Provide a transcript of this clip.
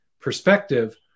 perspective